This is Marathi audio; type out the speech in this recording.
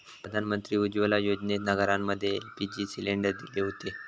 प्रधानमंत्री उज्ज्वला योजनेतना घरांमध्ये एल.पी.जी सिलेंडर दिले हुते